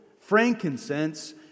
frankincense